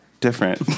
different